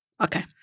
Okay